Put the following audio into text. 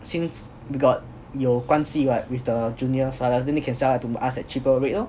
since we got 有关系 what with the junior father than they can sell at to us at cheaper rate loh